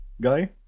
guy